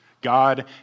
God